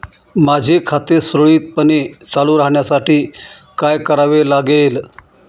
माझे खाते सुरळीतपणे चालू राहण्यासाठी काय करावे लागेल?